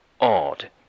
odd